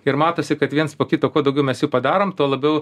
ir matosi kad viens po kito kuo daugiau mes jų padarom tuo labiau